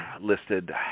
listed